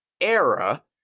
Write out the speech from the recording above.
era